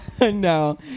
no